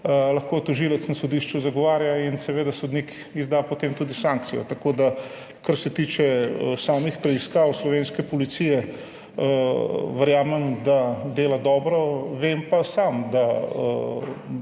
lahko tožilec na sodišču zagovarja, in seveda sodnik izda potem tudi sankcijo. Tako da kar se tiče samih preiskav slovenske policije, verjamem, da dela dobro, vem pa sam, da